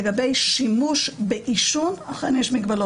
לגבי שימוש בעישון, אכן יש מגבלות.